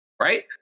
right